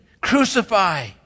crucify